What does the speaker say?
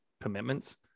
commitments